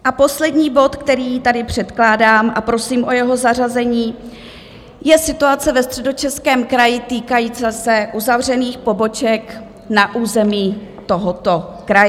A poslední bod, který tady předkládám a prosím o jeho zařazení, je situace ve Středočeském kraji týkající se uzavřených poboček na území tohoto kraje.